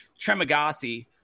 Tremagasi